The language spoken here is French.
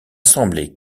semblé